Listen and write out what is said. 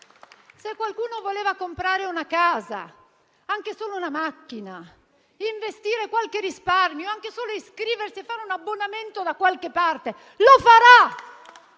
se qualcuno voleva comprare una casa o anche solo una macchina, investire qualche risparmio, anche solo iscriversi e fare un abbonamento da qualche parte, lo farà